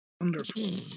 wonderful